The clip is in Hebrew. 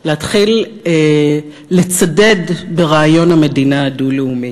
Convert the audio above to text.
להתחיל לצדד ברעיון המדינה הדו-לאומית.